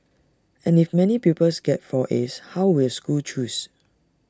and if many pupils get four as how will schools choose